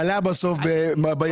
ובסוף עלה לנו יותר בייבוא.